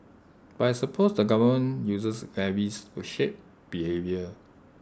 but I suppose the government uses levies to shape behaviour